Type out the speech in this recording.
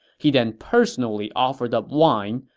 he then personally offered up wine,